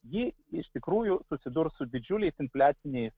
ji iš tikrųjų susidurs su didžiuliais infliaciniais